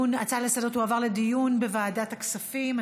ההצעה לסדר-היום תועבר לדיון בוועדת הכספים.